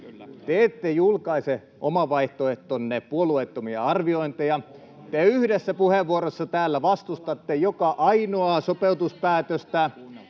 Te ette julkaise oman vaihtoehtonne puolueettomia arviointeja. [Perussuomalaisten ryhmästä: Oho!] Te yhdessä puheenvuorossa täällä vastustatte joka ainoaa sopeutuspäätöstä.